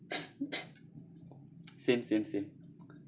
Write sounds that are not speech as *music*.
*coughs* *coughs* same same same